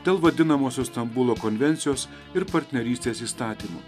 dėl vadinamosios stambulo konvencijos ir partnerystės įstatymo